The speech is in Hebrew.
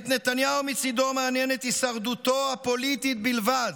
את נתניהו מצידו מעניינת הישרדותו הפוליטית בלבד,